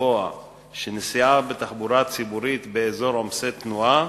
לקבוע שנסיעה בתחבורה ציבורית באזור עומסי תנועה